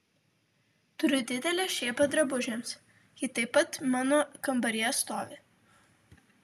turiu didelę šėpą drabužiams ji taip pat mano kambaryje stovi